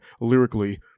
lyrically